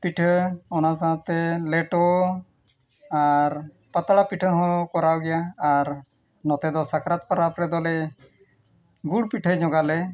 ᱯᱤᱴᱷᱟᱹ ᱚᱱᱟ ᱥᱟᱶᱛᱮ ᱞᱮᱴᱚ ᱟᱨ ᱯᱟᱛᱲᱟ ᱯᱤᱴᱷᱟᱹ ᱦᱚᱸ ᱠᱚᱨᱟᱣ ᱜᱮᱭᱟ ᱟᱨ ᱱᱚᱛᱮ ᱫᱚ ᱥᱟᱠᱨᱟᱛ ᱯᱚᱨᱚᱵᱽ ᱨᱮᱫᱚ ᱞᱮ ᱜᱩᱲ ᱯᱤᱴᱷᱟᱹ ᱧᱚᱜᱟᱞᱮ